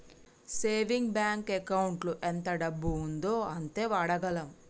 saving bank ఎకౌంటులో ఎంత డబ్బు ఉందో అంతే వాడగలం